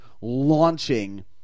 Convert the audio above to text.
launching